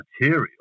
material